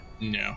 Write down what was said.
No